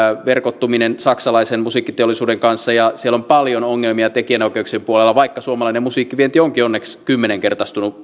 verkottuminen saksalaisen musiikkiteollisuuden kanssa ja siellä on paljon ongelmia tekijänoikeuksien puolella vaikka suomalaisen musiikkivienti onkin onneksi kymmenkertaistunut